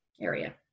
area